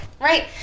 right